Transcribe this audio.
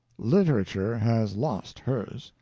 literature has lost hers.